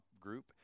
group